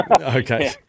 Okay